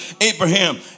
Abraham